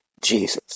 Jesus